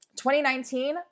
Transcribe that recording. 2019